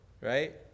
right